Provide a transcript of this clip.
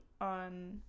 on